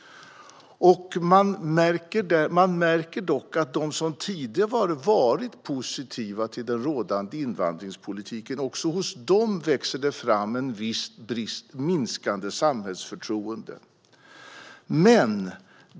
Man märker dock att också hos dem som tidigare har varit positiva till den rådande invandringspolitiken växer det fram ett visst minskat samhällsförtroende.